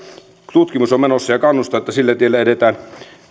tutkimus on menossa ja kannustan että sillä tiellä edetään